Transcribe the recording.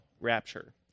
rapture